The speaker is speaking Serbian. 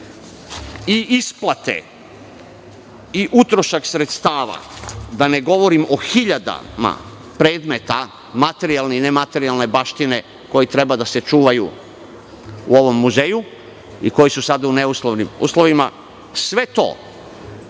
i isplate i utrošak sredstava, da ne govorim o hiljadama predmeta materijalne i nematerijalne baštine koji treba da se čuvaju u ovom muzeju i koji su sada u neuslovnim uslovima, sve to